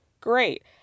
Great